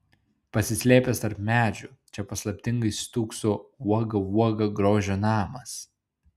pasislėpęs tarp medžių čia paslaptingai stūkso uoga uoga grožio namas